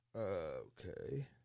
Okay